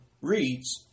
reads